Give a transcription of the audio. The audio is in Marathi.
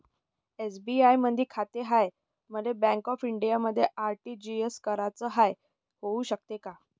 एस.बी.आय मधी खाते हाय, मले बँक ऑफ इंडियामध्ये आर.टी.जी.एस कराच हाय, होऊ शकते का?